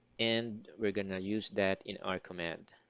and we're gonna use that in our command.